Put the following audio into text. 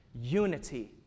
Unity